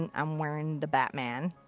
and i'm wearing the batman.